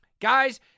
Guys